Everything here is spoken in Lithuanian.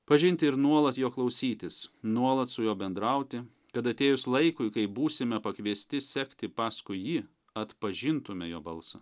pažinti ir nuolat jo klausytis nuolat su juo bendrauti kad atėjus laikui kai būsime pakviesti sekti paskui jį atpažintume jo balsą